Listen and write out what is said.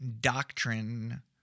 doctrine